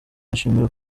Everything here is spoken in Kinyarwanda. yishimira